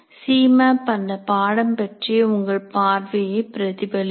சிமேப் அந்தப் பாடம் பற்றிய உங்கள் பார்வையை பிரதிபலிக்கும்